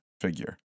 figure